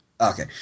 Okay